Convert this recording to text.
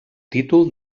títol